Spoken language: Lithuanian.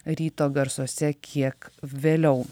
ryto garsuose kiek vėliau